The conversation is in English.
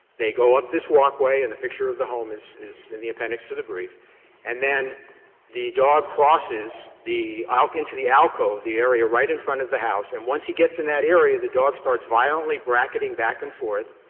they go up this walkway and a picture of the home is is in the appendix to the brief and then the dog crosses the ah into the alcove, the area right in front of the house. and once he gets in that area, the dog starts violently bracketing back and forth,